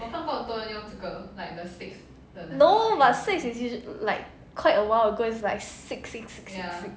no but is like quite awhile ago and is like six six six